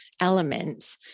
element